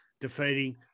defeating